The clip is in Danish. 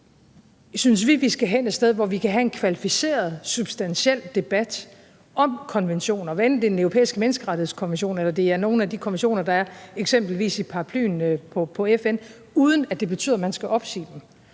synes vi, vi skal hen et sted, hvor vi kan have en kvalificeret, substantiel debat om konventioner – hvad enten det er Den Europæiske Menneskerettighedskonvention, eller det er nogle af de konventioner, der eksempelvis er i paraplyen under FN, uden at det betyder, at man skal opsige dem.